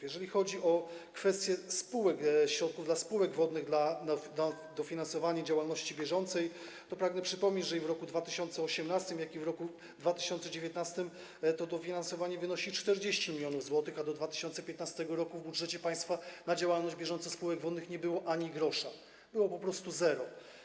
Jeżeli chodzi o kwestie środków dla spółek wodnych na dofinansowanie działalności bieżącej, to pragnę przypomnieć, że w roku 2018, jak i w roku 2019 to dofinansowanie wynosi 40 mln zł, a do 2015 r. w budżecie państwa na działalność bieżącą spółek wodnych nie było ani grosza, było po prostu zero.